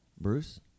Bruce